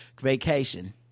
vacation